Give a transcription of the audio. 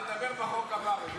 תדבר בחוק הבא, רביבו.